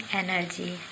energy